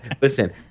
Listen